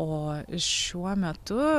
o šiuo metu